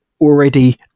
already